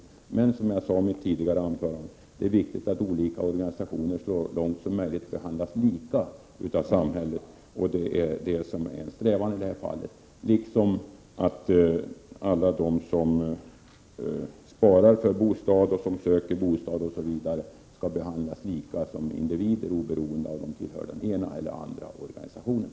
Men det är också viktigt, som jag sade i mitt tidigare anförande, att olika organisationer så långt som möjligt behandlas lika av samhället. Detta är vår strävan i detta fall. Alla de som sparar för bostad skall behandlas lika som individer oberoende av om de tillhör den ena eller den andra organisationen.